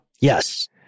Yes